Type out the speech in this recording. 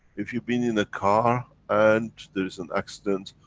if you've been in a car. and there is an accident.